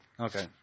Okay